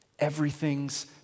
everything's